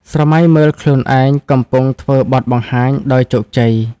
ស្រមៃមើលខ្លួនឯងកំពុងធ្វើបទបង្ហាញដោយជោគជ័យ។